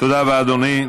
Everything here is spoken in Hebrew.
תודה רבה, אדוני.